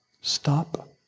Stop